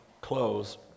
close